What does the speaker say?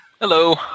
Hello